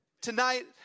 Tonight